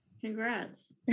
Congrats